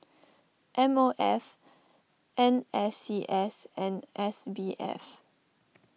M O F N S C S and S B F